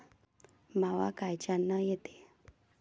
मावा कायच्यानं येते?